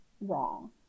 wrong